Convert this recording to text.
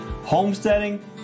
homesteading